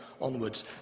onwards